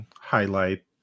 highlight